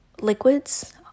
liquids